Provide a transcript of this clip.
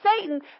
Satan